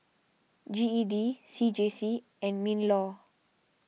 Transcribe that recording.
G E D C J C and MinLaw